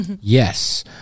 Yes